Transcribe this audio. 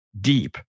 deep